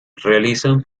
realizan